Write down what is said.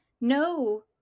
no